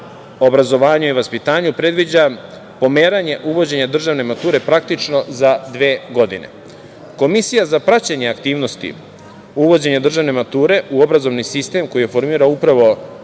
obrazovanju i vaspitanju predviđa pomeranje uvođenja državne mature, praktično za dve godine. Komisija za praćenje aktivnosti, uvođenja državne mature u obrazovni sistem koji formira upravo